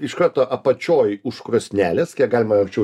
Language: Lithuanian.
iš karto apačioj už krosnelės kiek galima arčiau